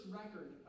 record